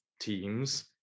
teams